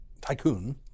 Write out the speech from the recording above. tycoon